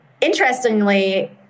interestingly